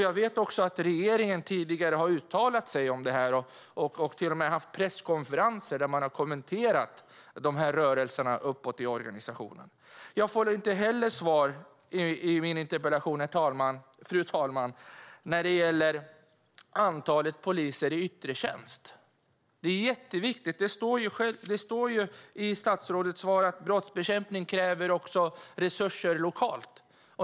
Jag vet att regeringen tidigare har uttalat sig och till och med vid presskonferenser kommenterat rörelserna uppåt i organisationen. Jag har inte heller fått svar, fru talman, på frågorna i min interpellation om antalet poliser i yttre tjänst. Det är mycket viktigt. Det framgick av statsrådets svar att brottsbekämpning kräver resurser lokalt.